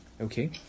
Okay